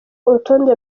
urutonde